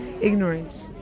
ignorance